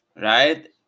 Right